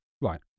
Right